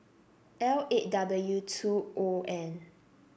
L eight W two O N